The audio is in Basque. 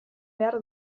behar